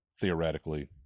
theoretically